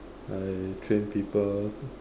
I train people